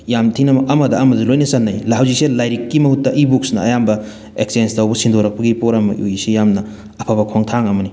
ꯌꯥꯝ ꯊꯤꯅ ꯑꯃꯗ ꯑꯃꯗ ꯂꯣꯏꯅ ꯆꯟꯅꯩ ꯍꯧꯖꯤꯛꯁꯦ ꯂꯥꯏꯔꯤꯛꯀꯤ ꯃꯍꯨꯠꯇ ꯏ ꯕꯨꯛꯁꯅ ꯑꯌꯥꯝꯕ ꯑꯦꯛꯆꯦꯟꯁ ꯇꯧꯕ ꯁꯤꯟꯗꯣꯔꯛꯄꯒꯤ ꯄꯣꯠ ꯑꯃ ꯎꯏ ꯁꯤ ꯌꯥꯝꯅ ꯑꯐꯕ ꯈꯣꯡꯊꯥꯡ ꯑꯃꯅꯤ